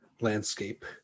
landscape